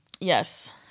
Yes